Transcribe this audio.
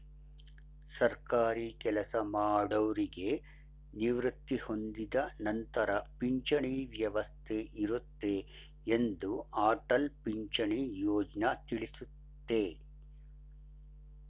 ಸರ್ಕಾರಿ ಕೆಲಸಮಾಡೌರಿಗೆ ನಿವೃತ್ತಿ ಹೊಂದಿದ ನಂತರ ಪಿಂಚಣಿ ವ್ಯವಸ್ಥೆ ಇರುತ್ತೆ ಎಂದು ಅಟಲ್ ಪಿಂಚಣಿ ಯೋಜ್ನ ತಿಳಿಸುತ್ತೆ